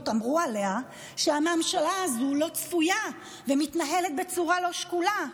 אמרו עליה שהממשלה הזו לא צפויה ומתנהלת בצורה לא שקולה?